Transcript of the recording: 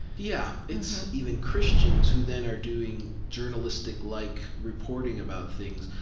yeah. it's even christians who then are doing journalistic-like reporting about things,